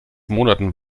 monaten